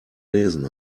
lesen